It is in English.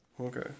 Okay